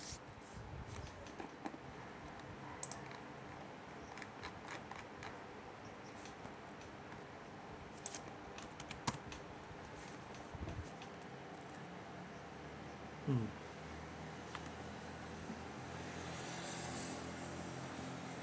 mm